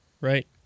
right